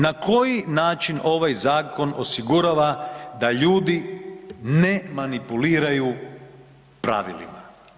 Na koji način ovaj zakon osigurava da ljudi ne manipuliraju pravilima?